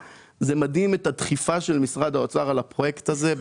מדהימה הדחיפה של משרד האוצר לפרויקט הזה.